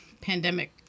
pandemic